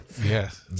Yes